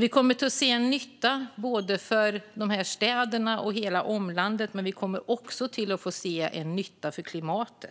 Vi kommer alltså att se en nytta för såväl städer och omland som klimat.